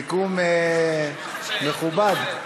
סיכום מכובד?